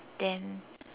then